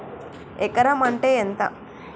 ఎకరం అంటే ఎంత?